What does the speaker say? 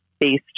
based